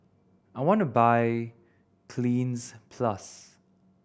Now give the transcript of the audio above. I want to buy Cleanz Plus